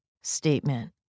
statement